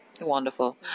Wonderful